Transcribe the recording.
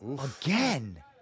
Again